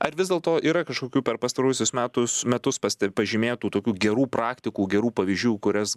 ar vis dėlto yra kažkokių per pastaruosius metus metus paste pažymėtų tokių gerų praktikų gerų pavyzdžių kurias